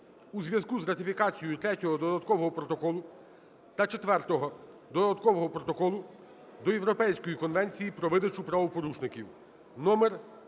у зв'язку з ратифікацією Третього додаткового протоколу та Четвертого додаткового протоколу до Європейської конвенції про видачу правопорушників